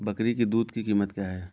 बकरी की दूध की कीमत क्या है?